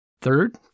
third